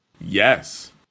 Yes